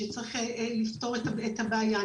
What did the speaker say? שצריך לפתור את הבעיה.